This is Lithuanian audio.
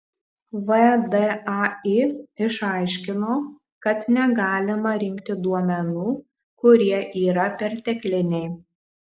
vdai išaiškino kad negalima rinkti duomenų kurie yra pertekliniai